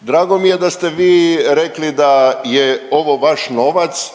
Drago mi je da ste vi rekli da je ovo vaš novac